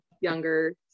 younger